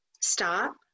Stop